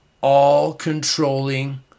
all-controlling